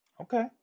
Okay